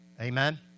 Amen